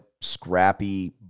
scrappy